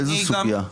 איזו סוגייה?